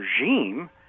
regime